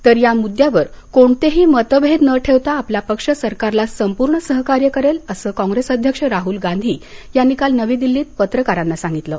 तर या मुद्द्यावर कोणतेही मतभेद न ठेवता आपला पक्ष सरकारला पूर्ण सहकार्य करेल असं काँग्रेस अध्यक्ष राहुल गांधी यांनी काल नवी दिल्ली इथं पत्रकारांना सांगितलं